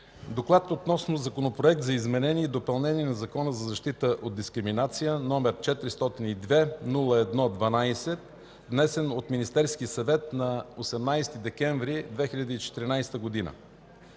гласуване Законопроект за изменение и допълнение на Закона за защита от дискриминация, № 402-01-12, внесен от Министерския съвет на 18 декември 2014 г.”